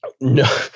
no